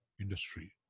industry